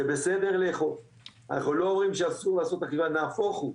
זה בסדר לאכוף אנחנו לא אומרים שאסור לעשות אכיפה נהפוך הוא,